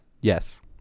Yes